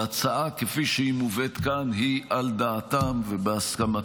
וההצעה כפי שהיא מובאת כאן היא על דעתם ובהסכמתם.